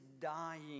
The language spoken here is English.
dying